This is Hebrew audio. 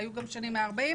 והיו גם שנים של 140,